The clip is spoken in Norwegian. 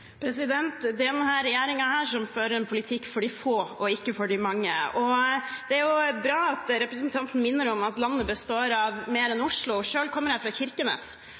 som fører en politikk for de få og ikke for de mange. Det er bra at representanten minner om at landet består av mer enn Oslo. Selv kommer jeg fra Kirkenes,